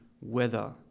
weather